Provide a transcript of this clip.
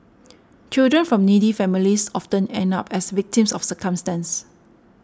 children from needy families often end up as victims of circumstance